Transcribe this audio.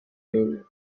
mines